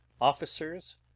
officers